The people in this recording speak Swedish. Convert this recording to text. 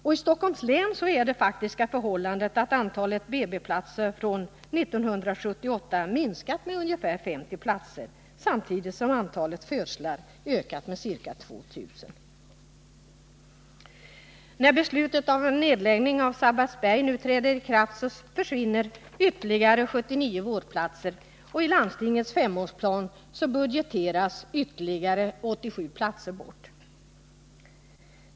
I Stockholms län är det faktiska förhållandet att antalet BB-platser från 1978 har minskat med ungefär 50 samtidigt som antalet födslar har ökat med ca 2 000.